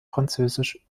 französisch